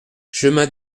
chemin